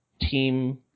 team